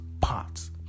parts